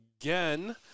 again